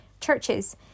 churches